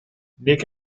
nick